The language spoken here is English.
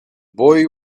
boy